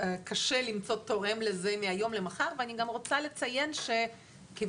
קש למצוא תורם לזה מהיום למחר ואני גם רוצה לציין שכיוון